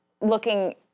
looking